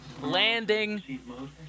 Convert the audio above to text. Landing